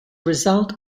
result